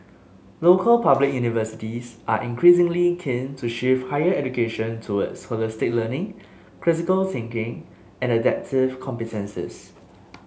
local public universities are increasingly keen to shift higher education toward holistic learning critical thinking and adaptive competences